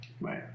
Right